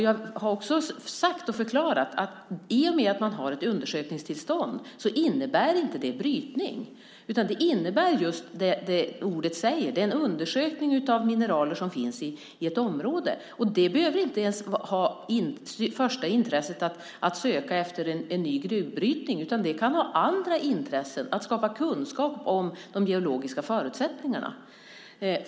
Jag har också sagt och förklarat att ett undersökningstillstånd inte innebär brytning. Det innebär just det som ordet säger, nämligen en undersökning av mineraler som finns i ett område. Dess första intresse behöver inte ens vara att söka efter en ny gruvbrytning. Det kan vara andra intressen som styr, till exempel att få kunskap om de geologiska förutsättningarna.